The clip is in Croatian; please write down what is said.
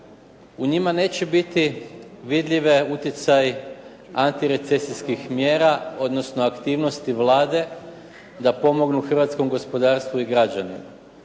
u njima neće biti vidljiv utjecaj antirecesijskih mjera, odnosno aktivnosti Vlade da pomognu hrvatskom gospodarstvu i građanima.